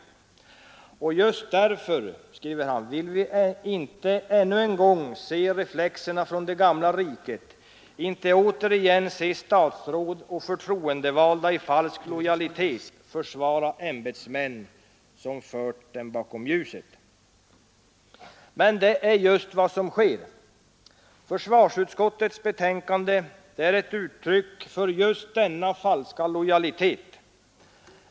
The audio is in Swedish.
Han skriver vidare: ”Just därför vill vi inte ännu en gång se reflexerna från det gamla riket, inte återigen se statsråd och förtroendevalda i falsk lojalitet försvara ämbetsmän som fört dem bakom ljuset.” Men det är just vad som sker. Försvarsutskottets betänkande är ett uttryck för denna falska lojalitet.